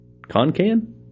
Concan